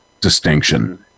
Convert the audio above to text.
distinction